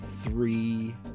three